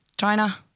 China